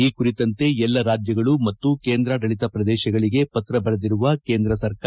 ಈ ಕುರಿತಂತೆ ಎಲ್ಲಾ ರಾಜ್ಜಗಳು ಮತ್ತು ಕೇಂದ್ರಾಡಳಿತ ಪ್ರದೇಶಗಳಿಗೆ ಪತ್ರ ಬರೆದಿರುವ ಕೇಂದ್ರ ಸರ್ಕಾರ